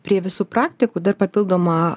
prie visų praktikų dar papildomą